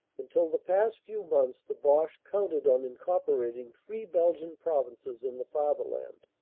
until the past few months the boche counted on incorporating three belgian provinces in the fatherland.